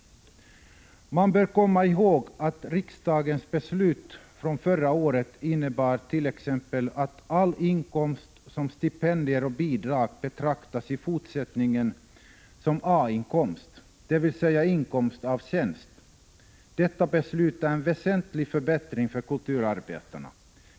Man bör komma ihåg att riksdagens beslut från förra året innebar att all inkomst, som t.ex. stipendier och bidrag, i fortsättningen betraktas som A-inkomst, dvs. inkomst av tjänst. Detta beslut är en väsentlig förbättring för kulturarbetarna.